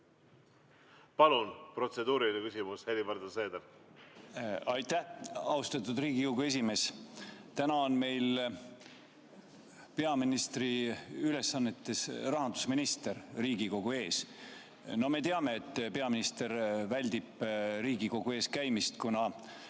Palun protseduuriline küsimus, Helir-Valdor Seeder! Aitäh, austatud Riigikogu esimees! Täna on meil peaministri ülesannetes rahandusminister Riigikogu ees. Me teame, et peaminister väldib Riigikogu ees käimist ja